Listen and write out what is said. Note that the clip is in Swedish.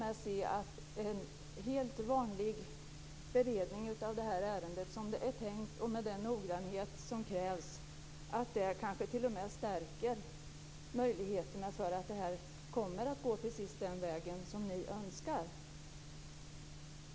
Jag kan se att en helt vanlig beredning av ärendet, såsom det är tänkt och med den noggrannhet som krävs, t.o.m. stärker möjligheterna för att det kommer att gå precis den väg som ni önskar.